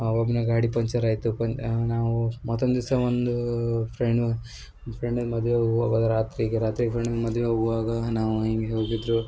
ಒಬ್ಬನೇ ಗಾಡಿ ಪಂಚರ್ ಆಯಿತು ಪನ್ ನಾವು ಮತ್ತೊಂದು ದಿವಸ ಒಂದು ಫ್ರೆಂಡು ಫ್ರೆಂಡಿನ ಮದ್ವೆಗೆ ಹೋದಾಗ ರಾತ್ರಿಗೆ ರಾತ್ರಿಗೆ ಫ್ರೆಂಡಿನ ಮದ್ವೆಗೆ ಹೋಗುವಾಗ ನಾವು ಹಿಂಗೆ ಹೋಗಿದ್ರು